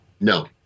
No